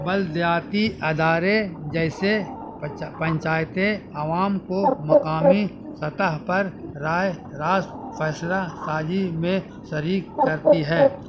بلدیاتیی ادارے جیسے پنچایتیں عوام کو مقامی سطح پر رائے راست فیصلہ سازی میں شریک کرتی ہے